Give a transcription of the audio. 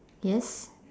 yes